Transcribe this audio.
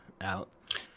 out